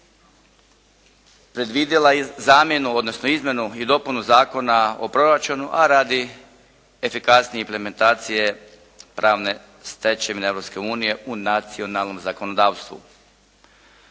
zamjenu odnosno Izmjenu i dopunu Zakona o proračunu, a radi efikasnije implementacije pravne stečevine Europske unije u nacionalnom zakonodavstvu.